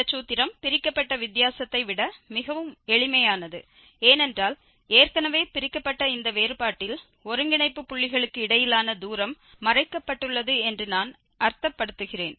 இந்த சூத்திரம் பிரிக்கப்பட்ட வித்தியாசத்தை விட மிகவும் எளிமையானது ஏனென்றால் ஏற்கனவே பிரிக்கப்பட்ட இந்த வேறுபாட்டில் ஒருங்கிணைப்பு புள்ளிகளுக்கு இடையிலான தூரம் மறைக்கப்பட்டுள்ளது என்று நான் அர்த்தப்படுத்துகிறேன்